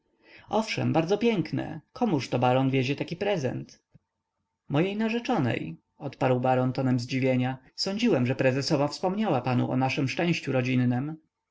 owszem bardzo piękne komużto baron wiezie taki prezent mojej narzeczonej odparł baron tonem zdziwienia sądziłem że prezesowa wspomniała panu o naszem szczęściu rodzinnem